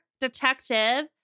detective